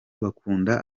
bakunda